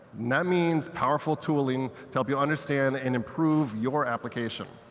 none means powerful tooling to help you understand and improve your application.